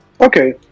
okay